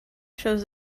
shows